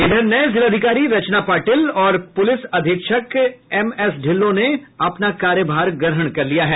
इधर नये जिलाधिकारी रचना पाटिल और पुलिस अधीक्षक एमएस ढिल्लो ने अपना कार्यभार ग्रहण कर लिया है